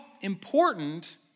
important